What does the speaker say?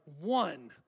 one